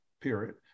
period